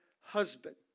husband